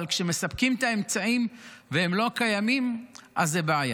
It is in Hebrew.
אבל כשמספקים את האמצעים והם לא קיימים אז זו בעיה.